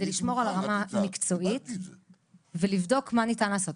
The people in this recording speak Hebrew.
כדי לשמור על הרמה המקצועית ולבדוק מה ניתן לעשות.